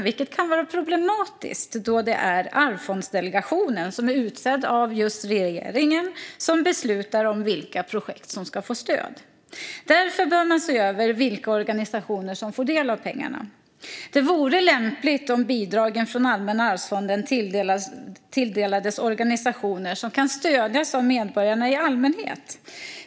Det kan vara problematiskt då det är Arvsfondsdelegationen - som är utsedd av regeringen - som beslutar om vilka projekt som ska få stöd. Därför bör man se över vilka organisationer som får del av pengarna. Det vore lämpligt om bidragen från Allmänna arvsfonden tilldelades organisationer som kan stödjas av medborgarna i allmänhet.